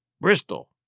Bristol